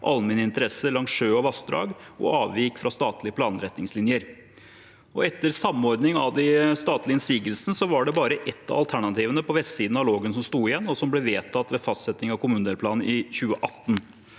allmenn interesse langs sjø og vassdrag, og avvik fra statlige planretningslinjer. Etter samordning av de statlige innsigelsene var det bare ett av alternativene på vestsiden av Lågen som sto igjen, og som ble vedtatt ved fastsetting av kommunedelplanen i 2018.